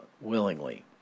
willingly